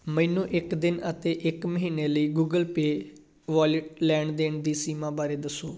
ਮੈਨੂੰ ਇੱਕ ਦਿਨ ਅਤੇ ਇੱਕ ਮਹੀਨੇ ਲਈ ਗੂਗਲ ਪੇ ਵੋਲਿਟ ਲੈਣ ਦੇਣ ਦੀ ਸੀਮਾ ਬਾਰੇ ਦੱਸੋ